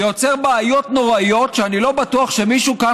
זה יוצר בעיות נוראיות שאני לא בטוח שמישהו כאן